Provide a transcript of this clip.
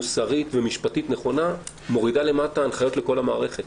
מוסרית ושיפוטית נכונה מורידה למטה הנחיות לכל המערכת.